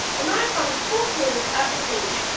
and i've found fossils at the beach,